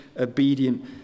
obedient